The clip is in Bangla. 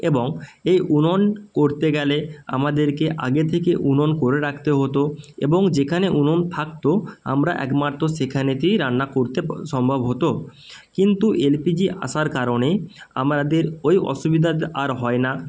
এবং এই উনুন করতে গেলে আমাদেরকে আগে থেকে উনুন করে রাখতে হতো এবং যেখানে উনুন থাকতো আমরা একমাত্র সেখানেতেই রান্না করতে সম্ভব হতো কিন্তু এল পি জি আসার কারণে আমাদের ওই অসুবিধাটা আর হয় না